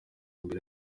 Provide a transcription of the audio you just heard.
imbere